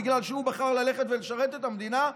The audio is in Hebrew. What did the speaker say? בגלל שהוא בחר ללכת ולשרת את המדינה?